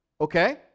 Okay